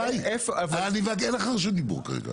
לא, אבל --- אין לך רשות דיבור כרגע.